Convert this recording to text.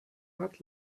hat